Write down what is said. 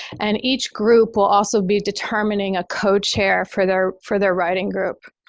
and each group will also be determining a co-chair for their for their writing group.